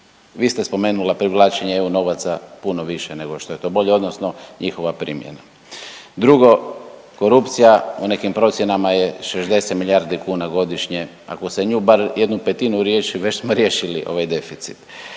Vi ste spomenula privlačenje EU novaca puno više nego što je to bolje odnosno njihova primjena. Drugo, korupcija po nekim procjenama je 60 milijardi kuna godišnje, ako se nju bar 1/5 riješi već smo riješili ovaj deficit.